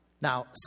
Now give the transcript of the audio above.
Now